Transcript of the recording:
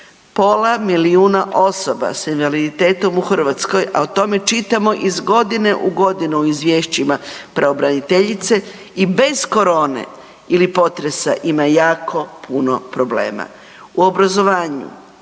pola milijuna osoba s invaliditetom u Hrvatskoj, a o tome čitamo iz godine u godinu u izvješćima pravobraniteljice i bez korone ili potresa ima jako puno problema. U obrazovanju,